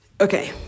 okay